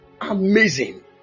Amazing